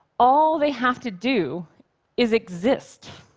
all they have to do is exist.